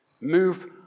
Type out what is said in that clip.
Move